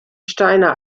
steiner